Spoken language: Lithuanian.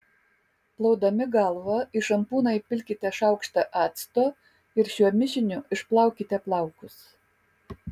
plaudami galvą į šampūną įpilkite šaukštą acto ir šiuo mišiniu išplaukite plaukus